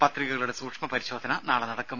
പത്രികകളുടെ സൂക്ഷ്മ പരിശോധന നാളെ നടക്കും